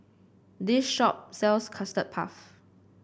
this shop sells Custard Puff